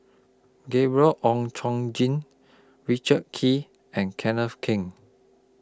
Gabriel Oon Chong Jin Richard Kee and Kenneth Keng